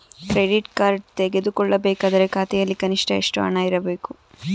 Credit card ತೆಗೆದುಕೊಳ್ಳಬೇಕಾದರೆ ಖಾತೆಯಲ್ಲಿ ಕನಿಷ್ಠ ಎಷ್ಟು ಹಣ ಇರಬೇಕು?